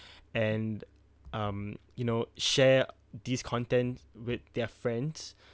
and um you know share these content with their friends